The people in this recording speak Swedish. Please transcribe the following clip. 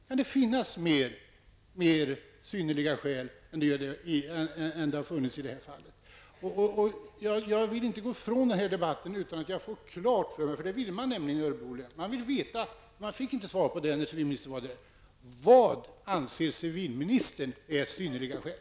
Kan det finnas mer synnerliga skäl än det har funnits i det här fallet? Jag vill inte gå ifrån debatten utan att ha fått klart för mig denna sak. I Örebro län fick man inte svar på frågan när civilministern var där. Vad anser civilministern vara synnerliga skäl?